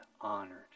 honored